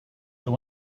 than